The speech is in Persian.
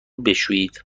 بشویید